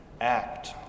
act